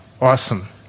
awesome